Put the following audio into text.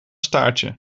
staartje